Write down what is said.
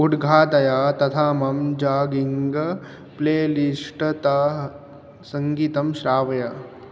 उद्घाटय तथा मम जागिङ्ग् प्ले लिस्ट् तः सङ्गीतं श्रावय